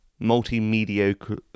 Multi-mediocre